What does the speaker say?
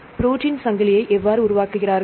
protein சங்கிலியை எவ்வாறு உருவாக்குகிறார்கள்